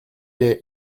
est